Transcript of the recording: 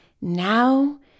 now